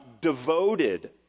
devoted